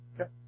Okay